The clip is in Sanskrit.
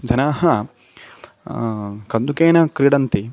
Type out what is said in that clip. जनाः कन्दुकेन क्रीडन्ति